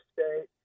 State